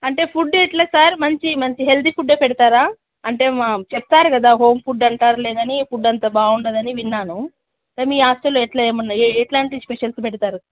అంటే ఫుడ్ ఎట్లా సార్ మంచి మంచి హెల్తీ ఫుడ్డే పెడతారా అంటే చెప్పారు కదా హోమ్ ఫుడ్ అంటారులే కానీ ఫుడ్ అంత బాగుండదని విన్నాను మీ హాస్టల్లో ఎట్లా ఏమున్నాయి ఎట్లాంటి స్పెషల్స్ పెడతారు